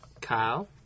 Kyle